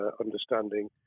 understanding